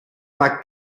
war